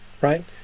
right